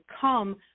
come